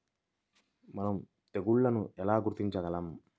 మనం తెగుళ్లను ఎలా గుర్తించగలం?